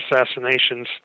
assassinations